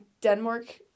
Denmark